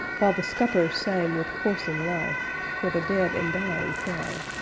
while the scuppers sang with coursing life where the dead and dying fell.